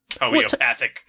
homeopathic